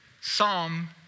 Psalm